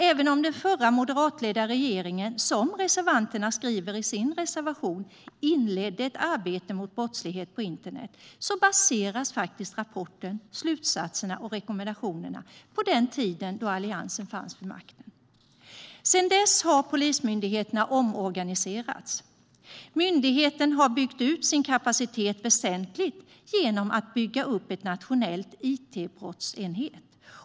Även om den förra moderatledda regeringen, som reservanterna skriver i sin reservation, inledde ett arbete mot brottsligheten på internet baseras faktiskt rapporten, slutsatserna och rekommendationerna på den tid då Alliansen fanns vid makten. Sedan dess har Polismyndigheten omorganiserats, och myndigheten har byggt ut sin kapacitet väsentligt genom att bygga upp en nationell itbrottsenhet.